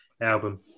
album